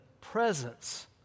presence